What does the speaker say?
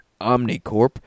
Omnicorp